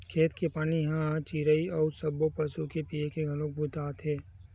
खेत के पानी ह चिरई अउ सब्बो पसु के पीए के घलोक बूता आथे